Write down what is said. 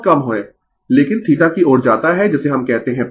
लेकिन θ की ओर जाता है जिसे हम कहते है 90o